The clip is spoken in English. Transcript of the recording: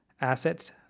assets